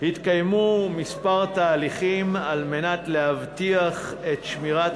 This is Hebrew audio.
התקיימו כמה תהליכים כדי להבטיח את שמירת